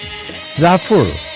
Zafur